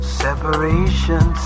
separation